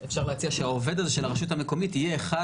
אפשר להציע שהעובד של הרשות המקומית יהיה אחד